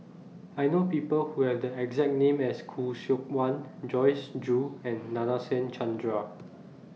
I know People Who Have The exact name as Khoo Seok Wan Joyce Jue and Nadasen Chandra